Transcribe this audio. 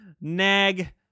nag